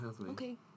Okay